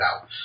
out